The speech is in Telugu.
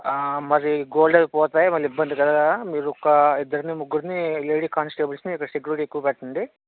మరి గోల్డ్ అవిపోతాయి మళ్ళీ ఇబ్బంది కదా మీరొక ఇద్దరినీ ముగ్గురినీ లేడీ కానిస్టేబుల్స్ని ఇక్కడ సెక్యూరిటీ ఎక్కువ పెట్టండి